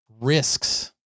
risks